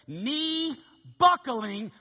knee-buckling